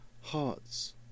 hearts